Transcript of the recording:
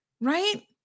right